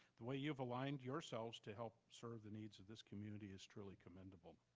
the way you've aligned yourself to help serve the needs of this community is truly commendable.